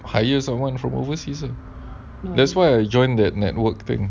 hire someone from overseas ah that's why I joined that network thing